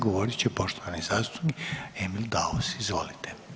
Govorit će poštovani zastupnik Emil Daus, izvolite.